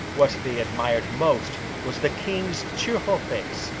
what they admired most was the king's cheerful face,